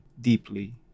deeply